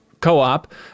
co-op